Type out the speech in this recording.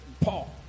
Paul